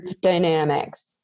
dynamics